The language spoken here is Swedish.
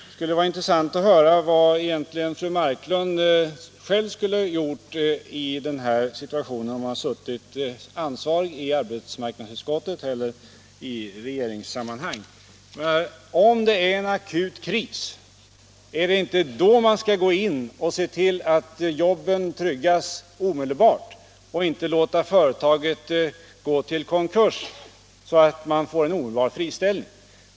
Det skulle vara intressant att höra vad fru Marklund själv skulle ha gjort i den här situationen, om hon suttit som ansvarig i arbetsmarknadsutskottet eller i regeringen. Är det inte i en akut kris som man skall ingripa och se till att jobben tryggas omedelbart, inte låta företaget gå till konkurs så att man får en omedelbar friställning?